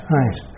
right